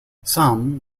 some